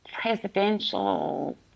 presidential